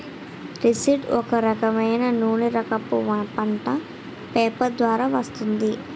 linseed ఒక రకమైన నూనెరకపు పంట, ఫైబర్ ద్వారా వస్తుంది